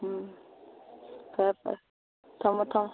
ꯎꯝ ꯐꯔꯦ ꯐꯔꯦ ꯊꯝꯃꯣ ꯊꯝꯃꯣ